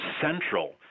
central